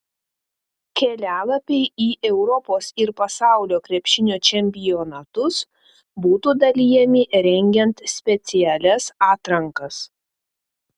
kelialapiai į europos ir pasaulio krepšinio čempionatus būtų dalijami rengiant specialias atrankas